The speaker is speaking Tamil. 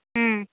ம்